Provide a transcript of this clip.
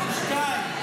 התשפ"ג 2023,